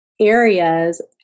areas